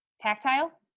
tactile